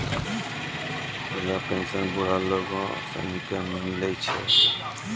वृद्धा पेंशन बुढ़ा लोग सनी के मिलै छै